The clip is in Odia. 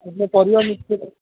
କେତେ ପରିବା ନେଇଥିଲେ